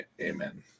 Amen